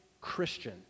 Christian